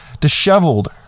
disheveled